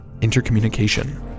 Intercommunication